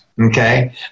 Okay